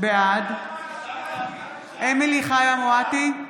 בעד אמילי חיה מואטי,